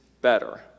better